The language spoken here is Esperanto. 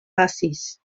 pasis